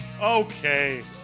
okay